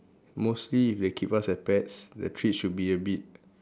mostly they keep us as pets the treat should be a bit